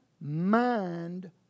mind